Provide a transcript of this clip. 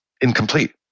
incomplete